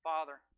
Father